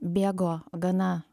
bėgo gana